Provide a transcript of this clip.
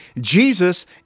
Jesus